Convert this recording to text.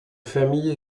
famille